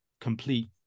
complete